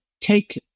take